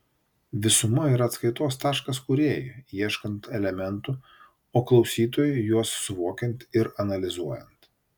visuma yra atskaitos taškas kūrėjui ieškant elementų o klausytojui juos suvokiant ir analizuojant